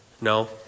No